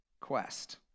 quest